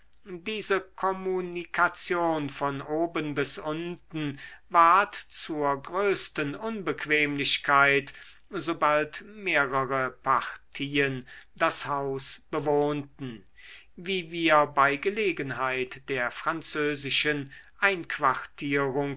diese kommunikation von oben bis unten ward zur größten unbequemlichkeit sobald mehrere partien das haus bewohnten wie wir bei gelegenheit der französischen einquartierung